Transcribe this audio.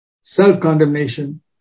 Self-condemnation